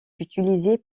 utilisée